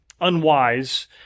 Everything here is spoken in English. unwise